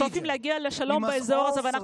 בעודנו שואפים להגיע לשלום באזור הזה עלינו גם